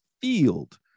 field